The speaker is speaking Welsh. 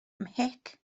mhic